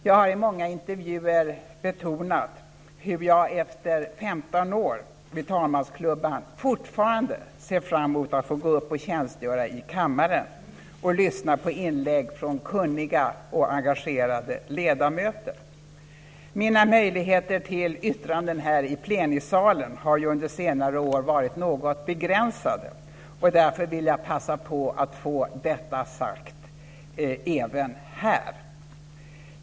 Jag har i många intervjuer betonat hur jag efter 15 år vid talmansklubban fortfarande ser fram emot att få gå upp och tjänstgöra i kammaren och lyssna på inlägg från kunniga och engagerade ledamöter. Mina möjligheter till yttranden här i plenisalen har ju under senare år varit något begränsade. Därför vill jag passa på att få detta sagt även här.